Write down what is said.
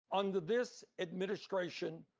under this administration,